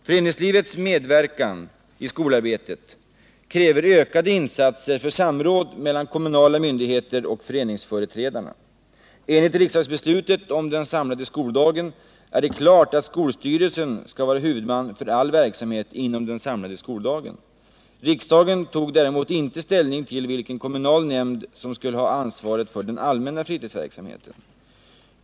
Föreningslivets medverkan i skolarbetet kräver ökade insatser för samråd mellan kommunala myndigheter och föreningsföreträdare. Enligt riksdagsbeslutet om den samlade skoldagen är det klart att skolstyrelsen skall vara huvudman för all verksamhet inom den samlade skoldagen. Riksdagen tog däremot inte ställning till vilken kommunal nämnd som skulle ha ansvaret för den allmänna fritidsverksamheten.